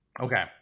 Okay